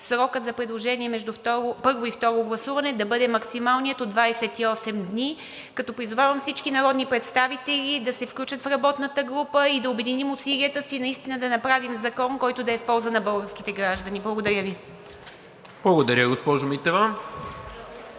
срокът за предложения между първо и второ гласуване да бъде максималният от 28 дни, като призовавам всички народни представители да се включат в работната група и да обединим усилията си наистина да направим закон, който да е в полза на българските граждани. Благодаря Ви. ПРЕДСЕДАТЕЛ НИКОЛА